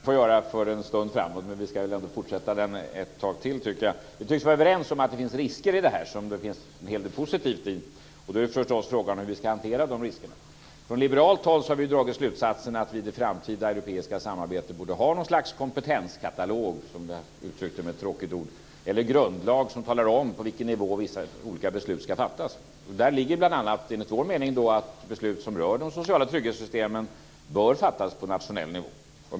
Fru talman! Det kan vi göra för en stund framåt, men vi ska väl ändå fortsätta den ett tag till. Vi tycks vara överens om att det finns risker i det här som det finns en hel del positivt i. Då är förstås frågan hur vi ska hantera riskerna. Från liberalt håll har vi dragit slutsatsen att vi i det framtida europeiska samarbetet borde ha något slags kompetenskatalog, som jag uttryckte det med ett tråkigt ord, eller grundlag som talar om på vilken nivå vissa olika beslut ska fattas. Där ligger bl.a. enligt vår mening att beslut som rör de sociala trygghetssystemen bör fattas på nationell nivå.